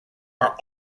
are